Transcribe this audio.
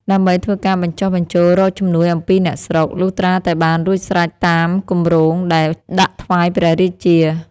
ដើម្បីធ្វើការបញ្ចុះបញ្ចូលរកជំនួយអំពីអ្នកស្រុក លុះត្រាតែបានរួចស្រេចតាមគម្រោងដែលដាក់ថ្វាយព្រះរាជា ។